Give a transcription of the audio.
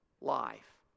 life